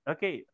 Okay